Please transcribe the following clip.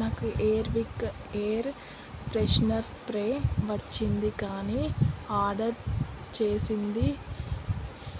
నాకు Airwick air freshener spray వచ్చింది కానీ ఆర్డర్ చేసింది